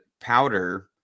powder